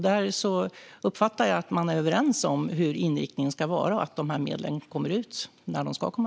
Där uppfattar jag att man är överens om hur inriktningen ska vara och att medlen ska komma ut när de ska.